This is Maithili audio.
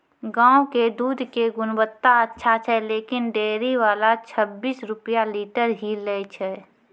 गांव के दूध के गुणवत्ता अच्छा छै लेकिन डेयरी वाला छब्बीस रुपिया लीटर ही लेय छै?